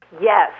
Yes